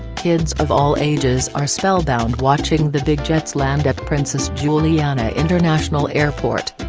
kids of all ages are spellbound watching the big jets land at princess juliana international airport.